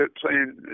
playing